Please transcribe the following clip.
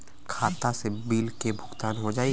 खाता से बिल के भुगतान हो जाई?